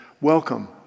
Welcome